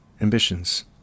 ambitions